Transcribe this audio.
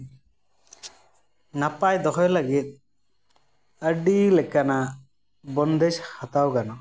ᱱᱟᱯᱟᱭ ᱫᱚᱦᱚᱭ ᱞᱟᱹᱜᱤᱫ ᱟᱹᱰᱤ ᱞᱮᱠᱟᱱᱟᱜ ᱵᱚᱱᱫᱮᱡᱽ ᱦᱟᱛᱟᱣ ᱜᱟᱱᱚᱜᱼᱟ